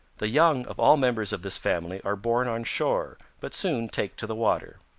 the young of all members of this family are born on shore, but soon take to the water.